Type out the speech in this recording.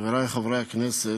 חברי חברי הכנסת,